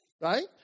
Right